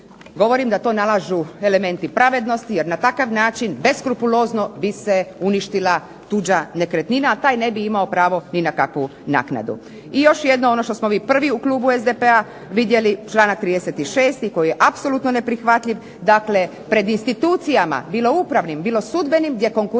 Govorim da to nalažu elementi pravednosti, jer na takav način beskrupulozno bi se uništila tuđa nekretnina, a taj ne bi imao pravo ni na kakvu naknadu. I još jedno ono što smo mi prvi u klubu SDP-a vidjeli članak 36. koji je apsolutno neprihvatljiv. Dakle, pred institucijama bilo upravnim, bilo sudbenim gdje konkurira